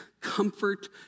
comfort